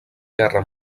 guerra